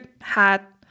hat